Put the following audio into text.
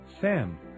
Sam